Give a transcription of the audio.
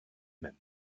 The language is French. même